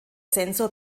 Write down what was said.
sensor